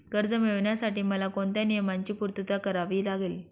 कर्ज मिळविण्यासाठी मला कोणत्या नियमांची पूर्तता करावी लागेल?